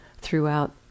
throughout